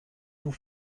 vous